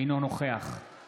אינו נוכח אופיר כץ,